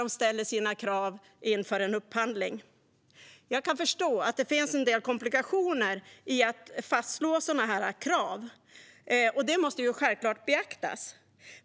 Jag kan förstå att det finns en del komplikationer i att fastslå sådana krav. Det måste självklart beaktas.